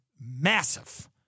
massive